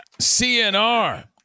CNR